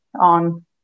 on